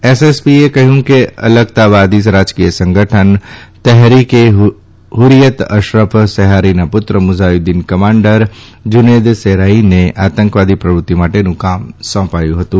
એસએસપીએ કહયું કે અલગતાવાદી રાજકીય સંગઠન તેહરીક એ હુરીયત અશરફ સેહારીના પુત્ર મુઝાઉદૃન કમાન્ડર જુનેદ સેહરાઈ ને આતંકવાદી પ્રવૃતિ માટેનું કામ સોંપાયું હતું